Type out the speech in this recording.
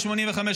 ב-1985,